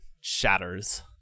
shatters